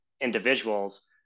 individuals